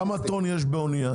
כמה טון יש באנייה?